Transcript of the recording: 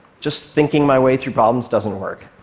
just thinking my way through problems doesn't work.